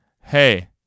Hey